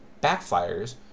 backfires